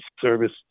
service